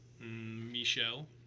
Michelle